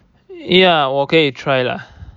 ya 我可以 try lah